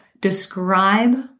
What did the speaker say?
describe